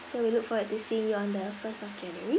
so we look forward to see you on the first of january